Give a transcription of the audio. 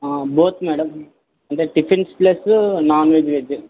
both madam అంటే tiffins plus non veg veg